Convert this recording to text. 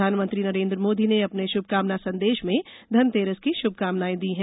प्रधानमंत्री नरेन्द्र मोदी ने अपने श्भकामना संदेश में धनतेरस की शुभकामनाएं दी है